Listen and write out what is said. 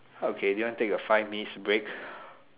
okay do you want take a five minutes break